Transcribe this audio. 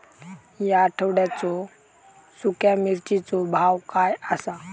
या आठवड्याचो सुख्या मिर्चीचो भाव काय आसा?